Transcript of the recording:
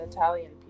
Italian